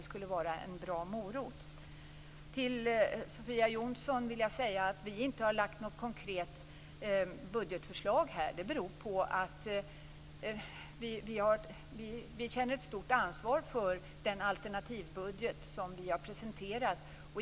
Det skulle vara en bra "morot". Sofia Jonsson, anledningen till att vi inte lagt fram ett konkret budgetförslag här är att vi känner ett stort ansvar för den alternativbudget som vi har presenterat.